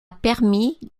permis